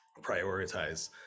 prioritize